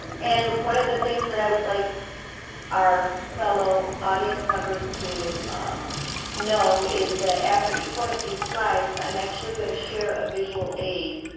and one of the things that i would like our fellow audience members to know is that after each one of these slides, i'm actually gonna share a visual aid